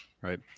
right